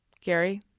Gary